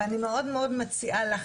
ואני מציעה לך,